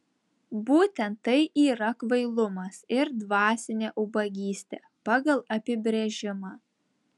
būtent tai yra kvailumas ir dvasinė ubagystė pagal apibrėžimą